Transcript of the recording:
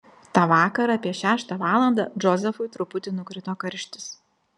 tą vakarą apie šeštą valandą džozefui truputį nukrito karštis